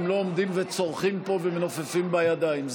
הם לא עומדים וצורחים פה ומנופפים בידיים.